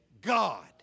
God